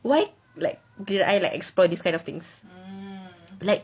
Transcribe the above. why like will I like explore these kind of things like